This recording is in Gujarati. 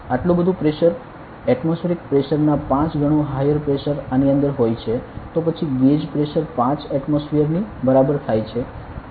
આટલું બધુ પ્રેશર એટમોસફીયરિક પ્રેશર ના 5 ગણુ હાયર પ્રેશર આની અંદર હોય છે તો પછી ગેજ પ્રેશર 5 એટમોસફીયરની બરાબર થાય છે